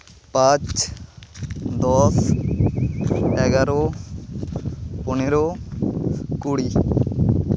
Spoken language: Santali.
ᱯᱟᱸᱪ ᱫᱚᱥ ᱮᱜᱟᱨᱳ ᱯᱚᱱᱮᱨᱳ ᱠᱩᱲᱤ